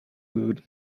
good